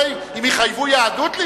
מה יקרה אם יחייבו ללמוד יהדות?